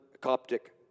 Coptic